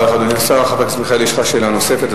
אם אין לנו שלטון מקומי, אין לנו חברה ישראלית.